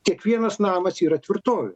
kiekvienas namas yra tvirtovė